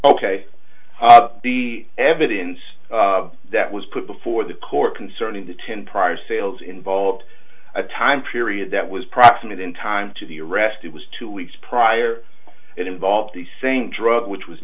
ok the evidence that was put before the court concerning the ten prior sales involved a time period that was proximate in time to the arrest it was two weeks prior it involved the same drug which was